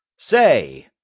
say!